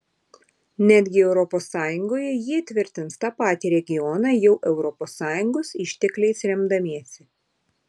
netgi europos sąjungoje jie tvirtins tą patį regioną jau europos sąjungos ištekliais remdamiesi